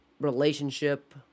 relationship